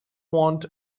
want